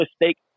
mistake